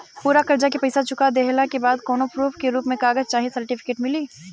पूरा कर्जा के पईसा चुका देहला के बाद कौनो प्रूफ के रूप में कागज चाहे सर्टिफिकेट मिली?